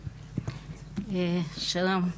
שלום,